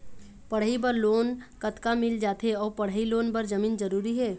पढ़ई बर लोन कतका मिल जाथे अऊ पढ़ई लोन बर जमीन जरूरी हे?